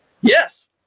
Yes